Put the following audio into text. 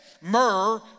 myrrh